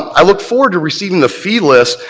i look forward to receiving the fee list,